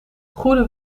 goede